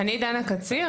קציר,